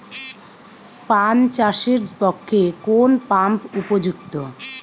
পান চাষের পক্ষে কোন পাম্প উপযুক্ত?